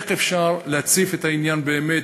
איך אפשר להציף את העניין באמת,